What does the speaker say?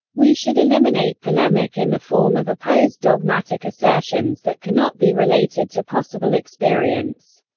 we should eliminate polemic in the form of opposed dogmatic assertions that cannot be related to possible experience.